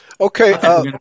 okay